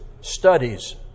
studies